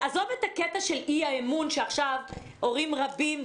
נעזוב את הקטע של אי-האמון שעכשיו הורים רבים חשים,